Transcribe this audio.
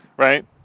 Right